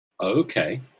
Okay